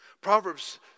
Proverbs